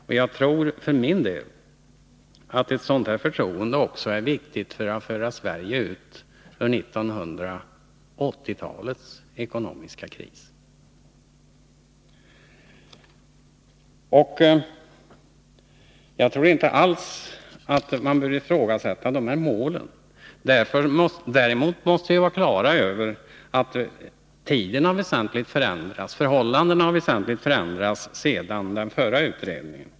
För min del tror jag att det också nu är viktigt att ett sådant förtroende skapas, så att Sverige kan föras ut ur 1980-talets ekonomiska kris. Jag tror inte alls att man bör ifrågasätta de uppsatta målen på detta område. Däremot måste vi ha klart för oss att förhållandena väsentligt har förändrats sedan den förra utredningen.